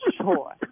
sure